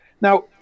Now